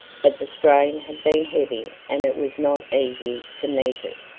but the strain had been heavy and it was not easy to meet it.